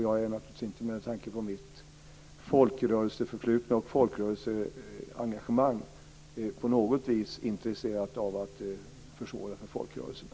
Jag är naturligtvis inte, med tanke på mitt folkrörelseförflutna och folkrörelseengagemang, på något vis intresserad av att försvåra för folkrörelserna.